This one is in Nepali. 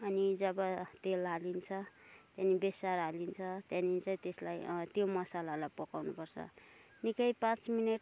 अनि जब तेल हालिन्छ त्यहाँदेखि बेसार हालिन्छ त्यहाँदेखि चाहिँ त्यसलाई त्यो मसलालाई पकाउनुपर्छ निकै पाँच मिनट